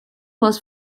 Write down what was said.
was